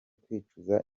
kwicuza